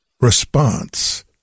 response